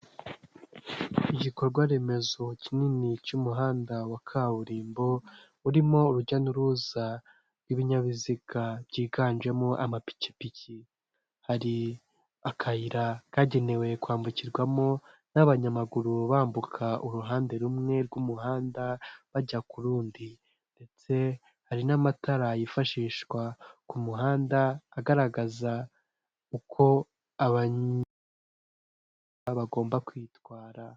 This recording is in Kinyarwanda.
Igikorwa remezo kinini cy'umuhanda wa kaburimbo, urimo urujya n'uruza rw'ibinyabiziga byiganjemo amapikipiki, hari akayira kagenewe kwambukirwamo n'abanyamaguru bambuka uruhande rumwe rw'umuhanda bajya ku rundi ndetse hari n'amatara yifashishwa ku muhanda, agaragaza uko abanyamaguru bagomba kwitwara.